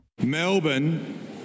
Melbourne